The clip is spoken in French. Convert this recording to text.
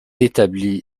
établi